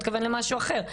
שהוא התכוון למשהו אחר.